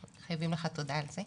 חייבים לך תודה על כך.